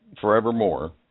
forevermore